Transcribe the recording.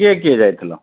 କିଏ କିଏ ଯାଇଥିଲ